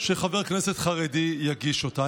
שחבר כנסת חרדי יגיש אותה.